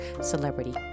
celebrity